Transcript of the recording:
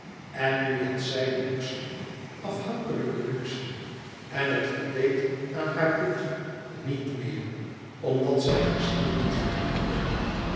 en nu had zij luxe afhankelijke luxe en het voldeed aan haar bloed niet meer omdat zij haar ziel niet voldoen kon